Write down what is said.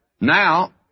Now